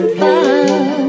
fun